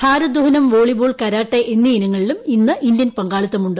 ഭാരോദാഹനം volleyball karate എന്നീ ഇനങ്ങളിലും ഇന്ന് ഇന്ത്യൻ പങ്കാളിത്തമുണ്ട്